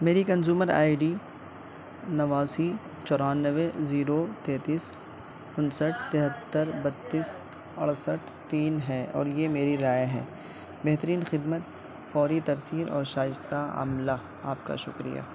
میری consumer I D نواسی چورانوے زیرو تینتیس انسٹھ تہتر بتیس اڑسٹھ تین ہے اور یہ میری رائے ہے بہترین خدمت فوری ترسیل اور شائستہ عملہ آپ کا شکریہ